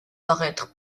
paraître